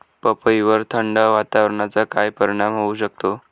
पपईवर थंड वातावरणाचा काय परिणाम होऊ शकतो?